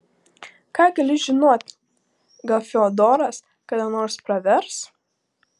ką gali žinoti gal fiodoras kada nors pravers